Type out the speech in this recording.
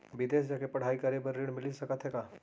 बिदेस जाके पढ़ई करे बर ऋण मिलिस सकत हे का?